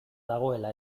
dagoela